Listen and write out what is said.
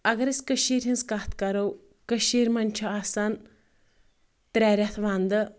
اگر ٲس کشیٖر ہٕنٛز کتھ کرو کشیٖر منٛز چھِ آسان ترٛےٚ رٮ۪تھ وندٕ